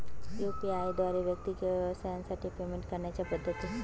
UPI द्वारे व्यक्ती किंवा व्यवसायांसाठी पेमेंट करण्याच्या पद्धती